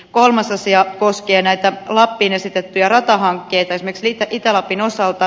kolmas asia koskee näitä lappiin esitettyjä ratahankkeita esimerkiksi itä lapin osalta